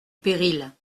péril